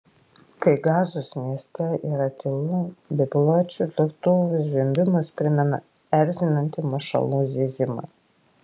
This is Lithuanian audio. kai gazos mieste yra tylu bepiločių lėktuvų zvimbimas primena erzinantį mašalų zyzimą